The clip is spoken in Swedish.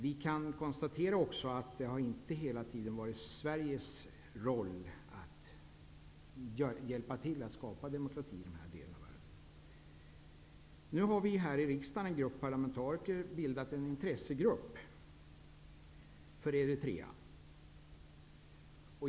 Vi kan också konstatera att det inte hela tiden har varit Sveriges roll att hjälpa till att skapa demokrati i de här delarna. Nu har några parlamentariker här i riksdagen bildat en intressegrupp för Eritrea.